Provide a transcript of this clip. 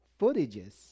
footages